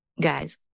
Guys